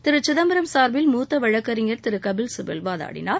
திரு சிதம்பரம் சார்பில் மூத்த வழக்கறிஞர் திரு கபில் சிபல் வாதாடினார்